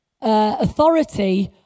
authority